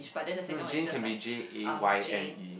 no Jayne can be J A Y N E